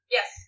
Yes